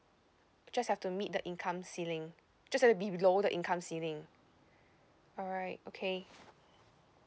just have to meet the income ceiling just have to be below the income ceiling alright okay